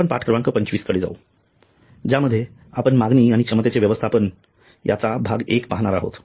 आपण पाठ क्रमांक 25 कडे जावू ज्यामध्ये आपण मागणी आणि क्षमतेचे व्यवस्थापन याचा भाग एक पाहणार आहोत